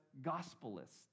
gospelist